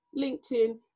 LinkedIn